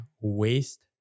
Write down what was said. waste